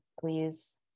please